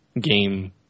game